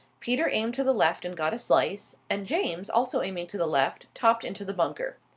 peter aimed to the left and got a slice, and james, also aiming to the left, topped into the bunker.